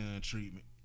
treatment